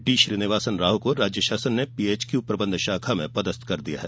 D Srinivas Rao को राज्य शासन ने पीएचक्यू प्रबंध शाखा में पदस्थ कर दिया है